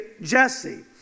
Jesse